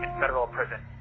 and federal prison